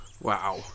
Wow